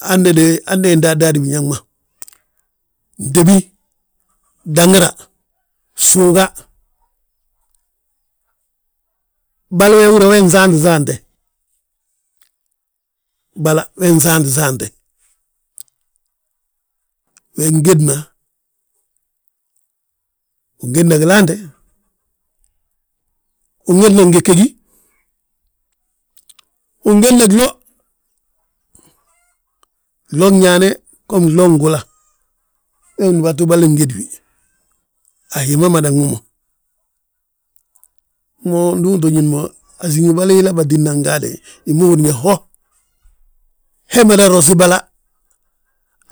Hande de, hande indadi biñaŋ ma, fntébi, dangira, fsuuga, bali we húra we ngi saanti saante, bala we nsaanti saante. We ngédna gilaante, win gédna ngege gi, wi ngédna glo, glo gñaane go glo ngula we ndúbatu mali ngédi wi, a hi ma madan wi mo. Mo ndu uto ñín mo asíŋi bali hila bâti nan gaade, hi ma húrin yaa ho mada rosi bala.